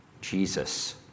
Jesus